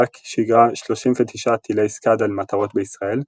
עיראק שיגרה 39 טילי סקאד על מטרות בישראל,